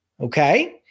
okay